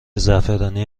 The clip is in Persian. زعفرانی